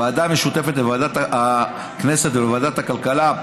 ועדה משותפת לוועדת הכנסת ולוועדת הכלכלה,